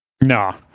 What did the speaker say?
no